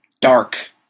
dark